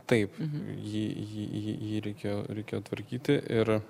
taip jį jį jį jį reikėjo reikėjo tvarkyti ir